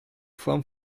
form